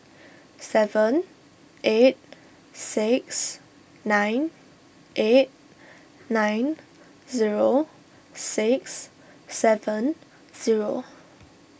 seven eight six nine eight nine zero six seven zero